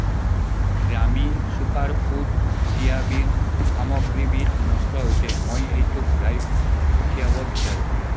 গ্ৰামী superfood chia বীজ সামগ্ৰীবিধ নষ্ট হৈছে মই এইটো ঘূৰাই পঠিয়াব বিচাৰোঁ